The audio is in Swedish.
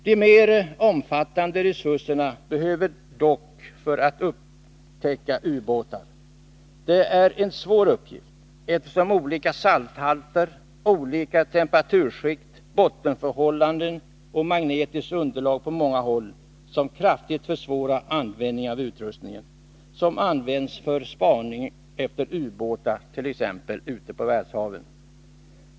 De mer omfattande resurserna behövs dock för att man skall kunna upptäcka ubåtar. Det är en svår uppgift, eftersom olika salthalter, olika temperaturskikt, bottenförhållanden och magnetiskt underlag på många håll kraftigt försvårar användning av utrustning som används för spaning efter ubåtart.ex. ute på världshaven.